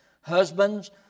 Husbands